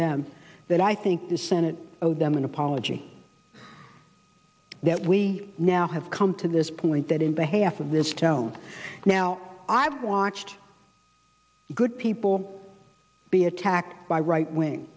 them that i think the senate owed them an apology that we now have come to this point that in behalf of this tone now i've watched good people be attacked by right wing